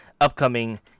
upcoming